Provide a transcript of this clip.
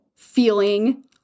feeling